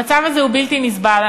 המצב הזה הוא בלתי נסבל.